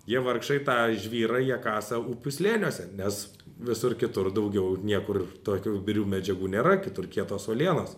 jie vargšai tą žvyrą jie kasa upių slėniuose nes visur kitur daugiau niekur tokių birių medžiagų nėra kitur kietos uolienos